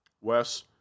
Wes